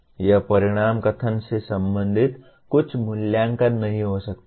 यह परिणाम कथन से संबंधित कुछ मूल्यांकन नहीं हो सकता है